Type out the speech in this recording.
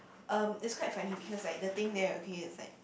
um it's quite funny because like the thing there okay is like